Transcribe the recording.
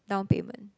down payment